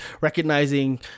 recognizing